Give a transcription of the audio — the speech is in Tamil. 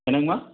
என்னங்கம்மா